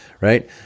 right